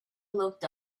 looked